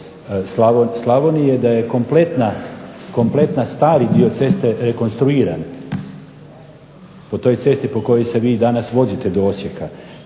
Slavonije da je kompletan stari dio ceste rekonstruiran, po toj cesti po kojoj se vi danas i vozite do Osijeka.